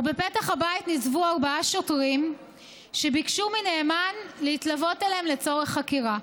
ובפתח הבית ניצבו ארבעה שוטרים וביקשו מנאמן להתלוות אליהם לצורך חקירה.